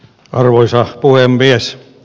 arvoisa puhemies